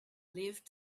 live